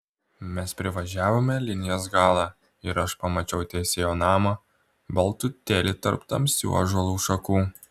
mes privažiavome linijos galą ir aš pamačiau teisėjo namą baltutėlį tarp tamsių ąžuolų šakų